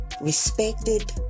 respected